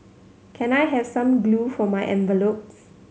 can I have some glue for my envelopes